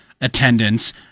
attendance